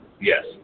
Yes